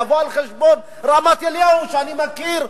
יבוא על חשבון רמת-אליהו, שאני מכיר.